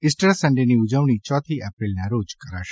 Easter સન્ડેની ઉજવણી ચોથી એપ્રિલના રોજ કરાશે